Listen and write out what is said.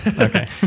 Okay